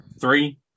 three